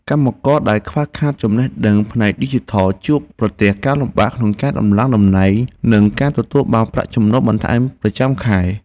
កម្មករដែលខ្វះខាតចំណេះដឹងផ្នែកឌីជីថលជួបប្រទះការលំបាកក្នុងការដំឡើងតំណែង និងការទទួលបានប្រាក់ចំណូលបន្ថែមប្រចាំខែ។